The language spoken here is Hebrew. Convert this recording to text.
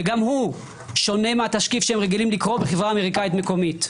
שגם הוא שונה מהתשקיף שהם רגילים לקרוא בחברה אמריקאית מקומית.